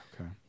Okay